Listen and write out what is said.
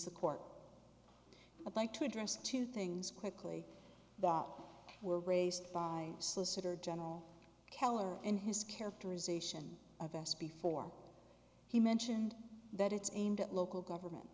court i'd like to address two things quickly that were raised by solicitor general keller in his characterization of us before he mentioned that it's aimed at local government